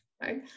right